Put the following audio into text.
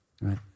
Right